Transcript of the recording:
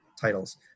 titles